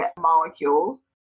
molecules